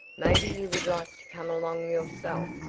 maybe you would like to come along yourself,